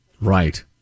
Right